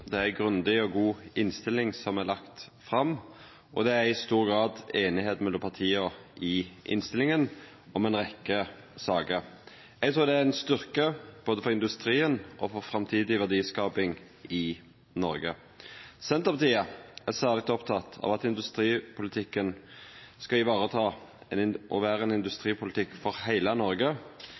Det er ei grundig og god innstilling som er lagd fram. Og det er i stor grad einigheit mellom partia i innstillinga om ei rekkje saker. Eg trur det er ein styrke både for industrien og for framtidig verdiskaping i Noreg. Senterpartiet er særleg oppteke av at industripolitikken skal vareta – og vera ein industripolitikk for – heile Noreg.